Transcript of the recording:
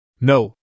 No